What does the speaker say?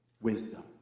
wisdom